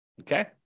Okay